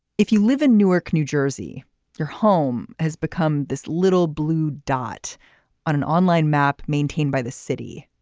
if you live in newark new jersey your home has become this little blue dot on an online map maintained by the city.